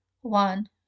one